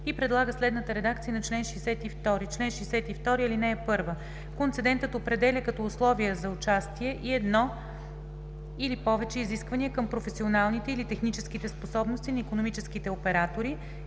и предлага следната редакция на чл. 62: „Чл. 62. (1) Концедентът определя като условия за участие и едно или повече изисквания към професионалните или техническите способности на икономическите оператори